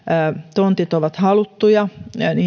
tontit ovat haluttuja